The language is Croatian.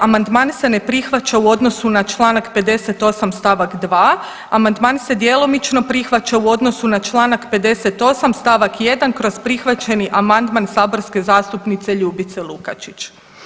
Amandman se ne prihvaća u odnosu na Članak 58. stavak 2. Amandman se djelomično prihvaća u odnosu na Članak 58. stavak 1. kroz prihvaćeni amandman saborske zastupnice Ljubice Lukačić.